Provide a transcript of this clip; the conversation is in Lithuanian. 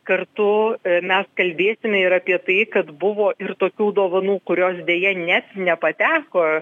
kartu mes kalbėsime ir apie tai kad buvo ir tokių dovanų kurios deja net nepateko